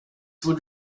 would